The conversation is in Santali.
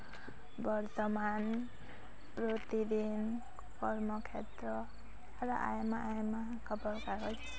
ᱵᱚᱨᱛᱚᱢᱟᱱ ᱯᱨᱚᱛᱤᱫᱤᱱ ᱠᱚᱨᱢᱚᱠᱷᱮᱛᱨᱚ ᱟᱨᱚ ᱟᱭᱢᱟ ᱟᱭᱢᱟ ᱠᱷᱚᱵᱚᱨ ᱠᱟᱜᱚᱡᱽ